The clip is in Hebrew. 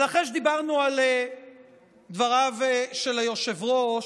אבל אחרי שדיברנו על דבריו של היושב-ראש,